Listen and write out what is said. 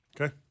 Okay